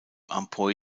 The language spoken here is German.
amphoe